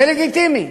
זה לגיטימי.